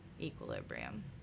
equilibrium